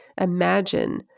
imagine